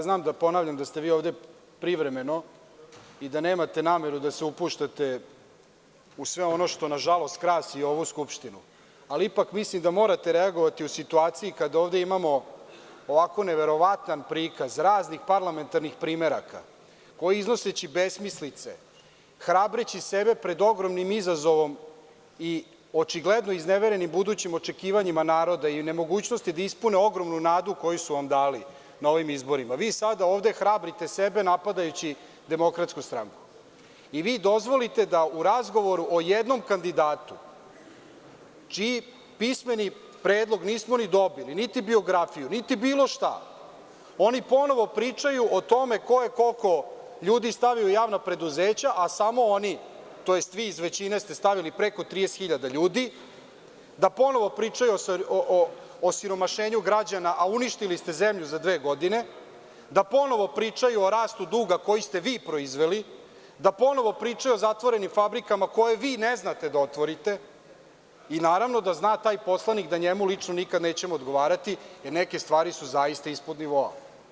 Znam da ponavljam da ste vi ovde privremeno i da nemate nameru da se upuštate u sve ono što, nažalost, krasi ovu skupštinu, ali ipak mislim da morate reagovati u situaciji kada ovde imamo ovako neverovatan prikaz raznih parlamentarnih primeraka koji, iznoseći besmislice, hrabreći sebe pred ogromnim izazovom i očigledno iznevereni budućim očekivanjima naroda i nemogućnosti da ispune ogromnu nadu koju su vam dali na ovim izborima, sada ovde hrabrite sebe napadajući DS i vi dozvolite da u razgovoru o jednom kandidatu, čiji pismeni predlog nismo ni dobili, niti biografiju, niti bilo šta, oni ponovo pričaju o tome ko je koliko ljudi stavio u javna preduzeća, a samo oni, to jest vi iz većine ste stavili preko 30 hiljada ljudi, ponovo pričaju o osiromašenju građana, a uništili ste zemlju za dve godine, ponovo pričaju o rastu duga koji ste vi proizveli, ponovo pričaju o zatvorenim fabrikama koje vi ne znate da otvorite i naravno da zna taj poslanik da njemu lično nikad nećemo odgovarati, jer neke stvari su zaista ispod nivoa.